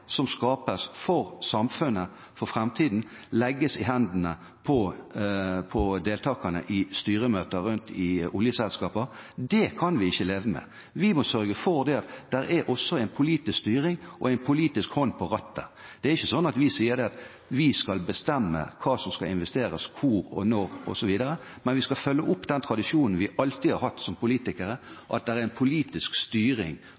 som skapes for samfunnet for framtiden, legges i hendene på deltakerne i styremøter rundt i oljeselskaper. Det kan vi ikke leve med. Vi må sørge for at det også er en politisk styring og en politisk hånd på rattet. Det er ikke sånn at vi sier at vi skal bestemme hva som skal investeres hvor og når osv., men vi skal følge opp den tradisjonen vi alltid har hatt som politikere, at det er en politisk styring